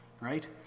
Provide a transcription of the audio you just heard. right